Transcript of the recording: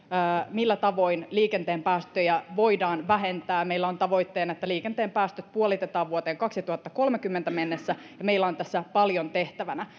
millä tavoin liikenteen päästöjä voidaan vähentää meillä on tavoitteena että liikenteen päästöt puolitetaan vuoteen kaksituhattakolmekymmentä mennessä ja meillä on tässä paljon tehtävänä